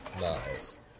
Nice